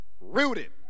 rooted